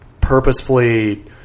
purposefully